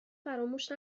فراموش